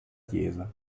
chiesa